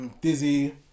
Dizzy